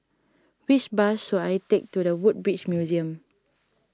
which bus should I take to the Woodbridge Museum